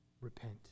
repent